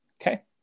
Okay